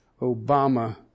Obama